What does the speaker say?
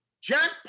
Jack